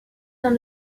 d’un